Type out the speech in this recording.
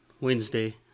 Wednesday